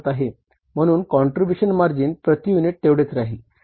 म्ह्णून contribution margin प्रती unit तेवढीच राहील